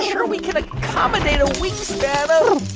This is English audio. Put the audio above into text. sure we can accommodate a wingspan of.